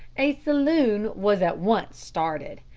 a saloon was at once started,